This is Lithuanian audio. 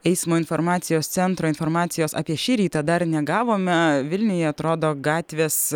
eismo informacijos centro informacijos apie šį rytą dar negavome vilniuje atrodo gatvės